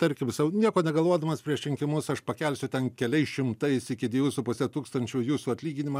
tarkim sau nieko negalvodamas prieš rinkimus aš pakelsiu ten keliais šimtais iki dviejų su puse tūkstančių jūsų atlyginimą